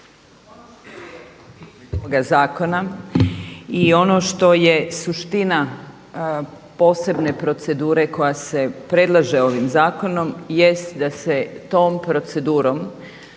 Martina (HDZ)** … zakona i ono što se suština posebne procedure koja se predlaže ovim zakonom jest da se tom procedurom